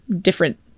different